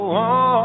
on